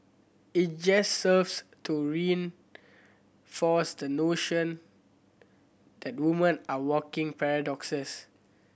it just serves to reinforce the notion that woman are walking paradoxes